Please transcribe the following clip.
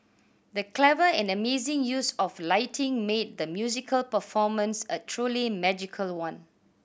the clever and amazing use of lighting made the musical performance a truly magical one